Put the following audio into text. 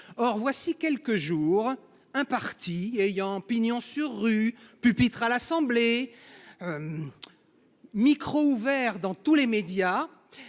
Or, voilà quelques jours, un parti ayant pignon sur rue, pupitre à l’Assemblée nationale, micro ouvert dans tous les médias,